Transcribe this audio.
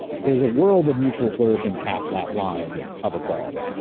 there's a world of mutual flourishing past that line of equality,